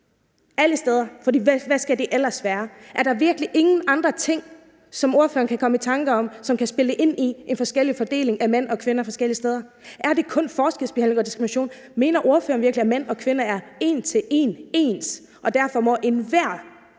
alle steder, for hvad skal det ellers være. Er der virkelig ingen andre ting, som ordføreren kan komme i tanke om, der kan spille ind i en forskellig fordeling af mænd og kvinder forskellige steder? Er det kun forskelsbehandling og diskrimination? Mener ordføreren virkelig, at mænd og kvinder er en til en ens, og derfor må enhver